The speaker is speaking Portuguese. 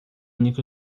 único